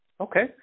Okay